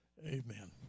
amen